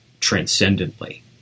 transcendently